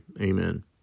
Amen